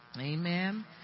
Amen